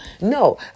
No